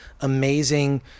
amazing